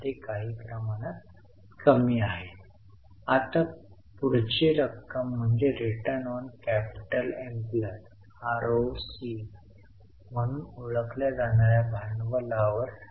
जर तुमच्याकडे जास्त रोख असेल तर ते चांगले नाही जर तुमच्याकडे खूप कमी रोख असेल तर नियमित उपक्रम करण्यासाठी पैसेही नसतील जे योग्य नसतात